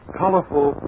colorful